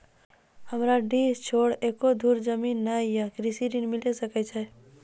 हमरा डीह छोर एको धुर जमीन न या कृषि ऋण मिल सकत?